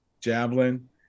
Javelin